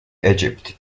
egypt